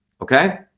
Okay